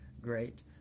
great